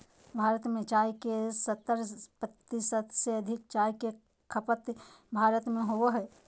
भारत में चाय के सत्तर प्रतिशत से अधिक चाय के खपत भारत में होबो हइ